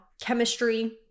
chemistry